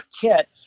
kit